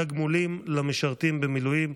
(תגמולים למשרתים במילואים),